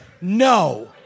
no